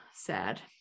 sad